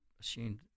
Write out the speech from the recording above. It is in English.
assumed